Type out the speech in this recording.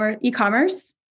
e-commerce